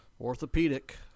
orthopedic